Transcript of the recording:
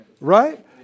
right